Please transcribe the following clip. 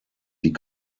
die